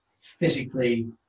physically